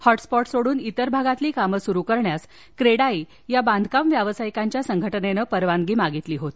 hot spot सोडून इतर भागातली कामं सुरू करण्यास क्रेडाई या बाधकाम व्यावसायिकांच्या संघटनेनं परवानगी मागितली होती